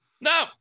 No